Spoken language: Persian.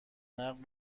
نقل